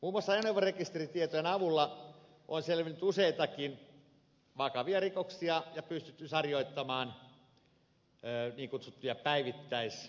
muun muassa ajoneuvorekisteritietojen avulla on selvinnyt useitakin vakavia rikoksia ja pystytty sarjoittamaan niin kutsuttuja päivittäisrikoksia